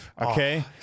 okay